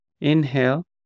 Inhale